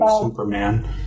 Superman